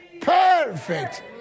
perfect